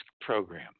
program